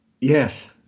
Yes